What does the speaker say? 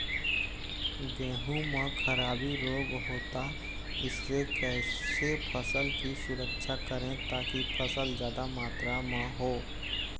गेहूं म खराबी रोग होता इससे कैसे फसल की सुरक्षा करें ताकि फसल जादा मात्रा म हो?